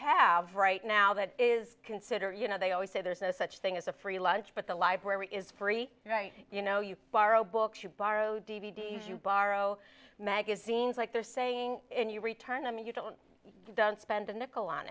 right now that is consider you know they always say there's no such thing as a free lunch but the library is free you know you borrow books you borrow d v d s you borrow magazines like they're saying and you return i mean you don't get done spend a nickel on